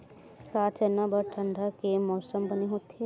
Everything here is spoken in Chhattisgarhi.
का चना बर ठंडा के मौसम बने होथे?